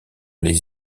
les